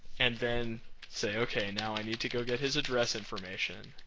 and then say, okay now i need to go get his address information.